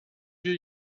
wir